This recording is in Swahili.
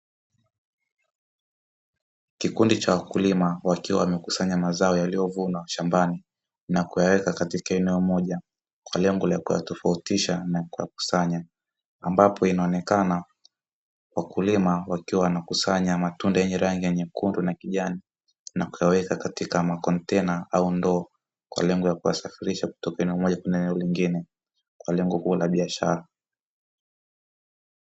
Kikundi cha wakulima wakiwa wamekusanya mazao yaliyovuna shambani na kuyaweka katika eneo moja kwa lengo la kuwatofautisha na kwa kusanya, ambapo inaonekana wakulima wakiwa wanakusanya matunda ya rangi nyekundu na kijani na ukaweka katika makontena au ndoo kwa lengo la kuwasafirisha, kutopewa mali kimaro vingine kwa lengo kuu la biashara.